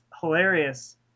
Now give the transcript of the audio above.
hilarious